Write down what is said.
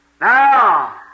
now